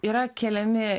yra keliami